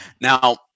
Now